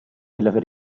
della